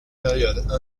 période